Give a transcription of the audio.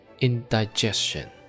indigestion